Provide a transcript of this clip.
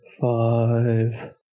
five